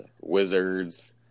wizards